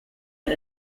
but